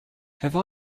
have